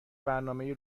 برنامه